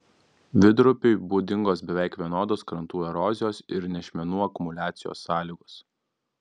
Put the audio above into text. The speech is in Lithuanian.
vidurupiui būdingos beveik vienodos krantų erozijos ir nešmenų akumuliacijos sąlygos